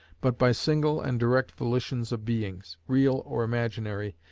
but by single and direct volitions of beings, real or imaginary,